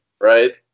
Right